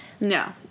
No